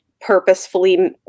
purposefully